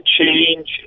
change